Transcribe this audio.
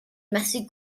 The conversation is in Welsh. methu